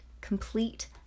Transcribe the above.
complete